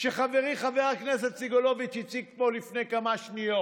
שחברי חבר הכנסת סגלוביץ' הציג פה לפני כמה שניות.